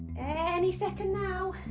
and any second now. oh.